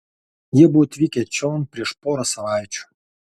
jie buvo atvykę čion prieš porą savaičių